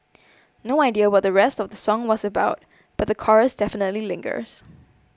no idea what the rest of the song was about but the chorus definitely lingers